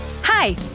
Hi